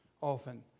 often